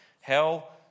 Hell